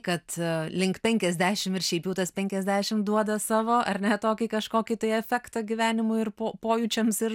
kad link penkiasdešim ir šiaip jau tas penkiasdešim duoda savo ar ne tokį kažkokį tai efektą gyvenimui ir po pojūčiams ir